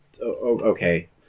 okay